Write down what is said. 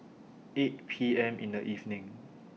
eight P M in The evening